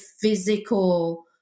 physical